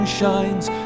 shines